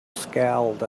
scowled